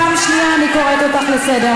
פעם שנייה אני קוראת אותך לסדר,